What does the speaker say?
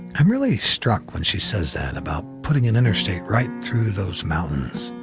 i'm really struck when she says that, about putting an interstate right through those mountains.